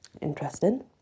Interesting